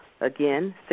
Again